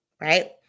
right